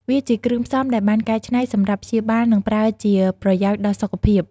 វាជាគ្រឿងផ្សំដែលបានកែច្នៃសម្រាប់ព្យាបាល និង ប្រើជាប្រយោជន៍ដល់សុខភាព